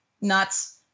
nuts